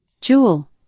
Jewel